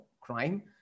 crime